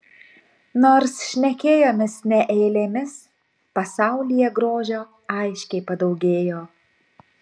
nors šnekėjomės ne eilėmis pasaulyje grožio aiškiai padaugėjo